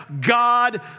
God